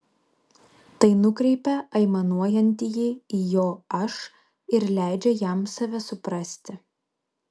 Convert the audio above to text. tai nukreipia aimanuojantįjį į jo aš ir leidžia jam save suprasti